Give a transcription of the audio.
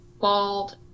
bald